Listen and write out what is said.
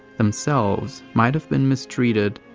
themselves, might have been mistreated,